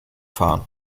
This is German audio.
fahren